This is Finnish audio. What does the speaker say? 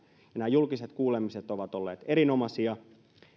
ja nämä julkiset kuulemiset ovat olleet erinomaisia